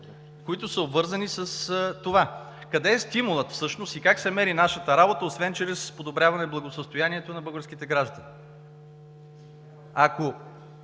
които са обвързани с това. Къде е стимулът всъщност и как се мери нашата работа, освен чрез подобряване благосъстоянието на българските граждани?